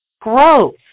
Growth